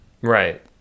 right